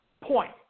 Point